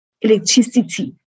electricity